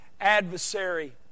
adversary